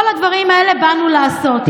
את כל הדברים האלה באנו לעשות.